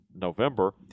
November